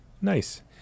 Nice